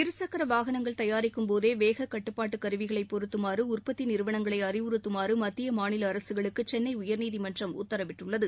இருசக்கர வாகனங்கள் தயாரிக்கும் போதே வேகக் கட்டுப்பாட்டு கருவிகளை பொருத்துமாறு உற்பத்தி நிறுவனங்களை அறிவுறுத்துமாறு மத்திய மாநில அரசுகளுக்கு சென்னை உயா்நீதிமன்றம் உத்தரவிட்டுள்ளது